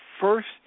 first